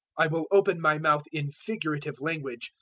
i will open my mouth in figurative language,